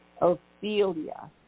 Ophelia